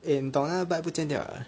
eh 你懂那个 bike 不见掉 liao leh